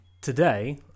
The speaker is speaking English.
Today